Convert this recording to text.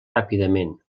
ràpidament